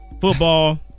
football